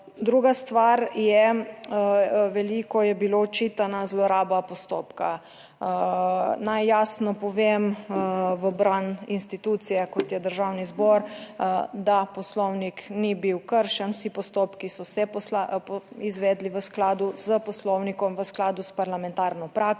Druga stvar je, veliko je bila očitana zloraba postopka. Naj jasno povem v bran institucije, kot je Državni zbor, da Poslovnik ni bil kršen. Vsi postopki so se izvedli v skladu s Poslovnikom, v skladu s parlamentarno prakso